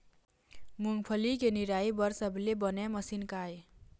मूंगफली के निराई बर सबले बने मशीन का ये?